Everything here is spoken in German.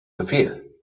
befehl